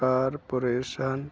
corporation